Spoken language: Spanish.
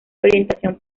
orientación